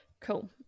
Cool